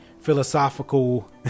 philosophical